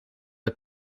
het